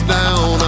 down